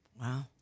Wow